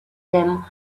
them